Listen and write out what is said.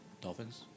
Dolphins